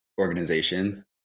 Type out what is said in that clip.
organizations